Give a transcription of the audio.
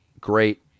great